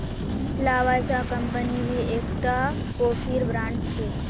Lavazza company भी एक टा कोफीर ब्रांड छे